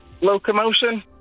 Locomotion